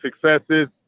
successes